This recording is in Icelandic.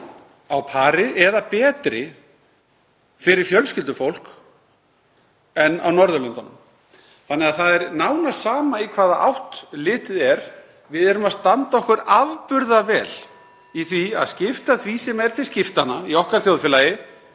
á pari eða betri fyrir fjölskyldufólk en á Norðurlöndunum þannig að það er nánast sama í hvaða átt litið er. Við stöndum okkur afburðavel í því að skipta því sem er til skiptanna í þjóðfélagi